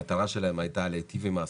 המטרה שלהם הייתה להיטיב עם העסקים.